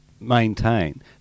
maintain